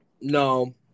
No